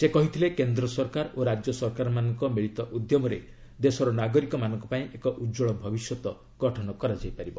ସେ କହିଥିଲେ କେନ୍ଦ୍ର ସରକାର ଓ ରାଜ୍ୟ ସରକାରମାନଙ୍କ ମିଳିତ ଉଦ୍ୟମରେ ଦେଶର ନାଗରିକମାନଙ୍କ ପାଇଁ ଏକ ଉଜ୍ଜଳ ଭବିଷ୍ୟତ ଅଣାଯାଇପାରିବ